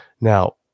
Now